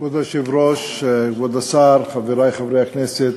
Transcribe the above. היושב-ראש, כבוד השר, חברי חברי הכנסת,